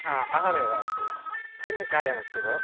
हा अहमेव अस्तु किं कार्यमस्ति भोः